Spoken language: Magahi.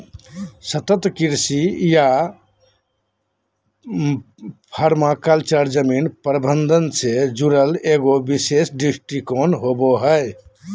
सतत कृषि या पर्माकल्चर जमीन प्रबन्धन से जुड़ल एगो विशेष दृष्टिकोण होबा हइ